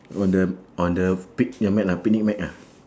one the on the pic~ magnet ah picnic mat ah